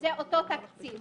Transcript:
זה אותו תקציב.